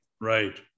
right